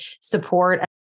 support